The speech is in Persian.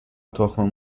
تخم